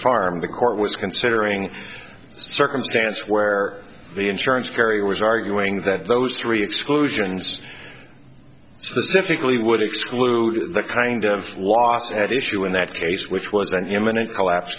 farm the court was considering a circumstance where the insurance carrier was arguing that those three exclusions the sceptically would exclude the kind of loss at issue in that case which was an imminent collapse